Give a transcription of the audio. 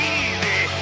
easy